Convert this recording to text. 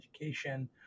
education